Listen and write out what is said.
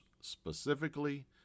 specifically